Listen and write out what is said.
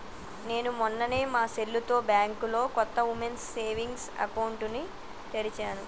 నేను మొన్ననే మా సెల్లుతో బ్యాంకులో కొత్త ఉమెన్స్ సేవింగ్స్ అకౌంట్ ని తెరిచాను